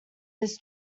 his